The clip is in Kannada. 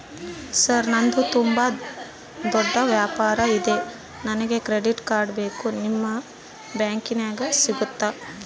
ಸರ್ ನಂದು ತುಂಬಾ ದೊಡ್ಡ ವ್ಯವಹಾರ ಇದೆ ನನಗೆ ಕ್ರೆಡಿಟ್ ಕಾರ್ಡ್ ಬೇಕು ನಿಮ್ಮ ಬ್ಯಾಂಕಿನ್ಯಾಗ ಸಿಗುತ್ತಾ?